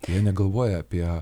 jie negalvoja apie